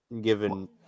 given